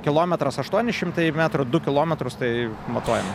kilometras aštuoni šimtai metrų du kilometrus tai matuojam